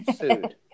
Food